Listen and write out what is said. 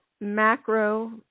macro